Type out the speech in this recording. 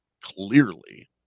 Clearly